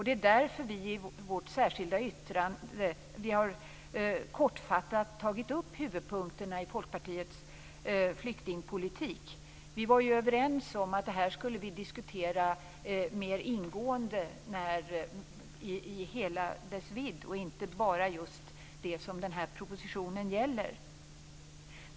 Det är därför vi i vårt särskilda yttrande kortfattat har tagit upp huvudpunkterna i Folkpartiets flyktingpolitik. Vi var ju överens om att vi skulle diskutera det här mer ingående i hela dess vidd och inte bara just det som den här propositionen gäller.